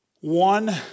One